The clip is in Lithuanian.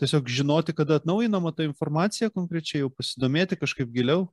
tiesiog žinoti kada atnaujinama ta informacija konkrečiai jau pasidomėti kažkaip giliau